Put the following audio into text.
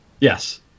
Yes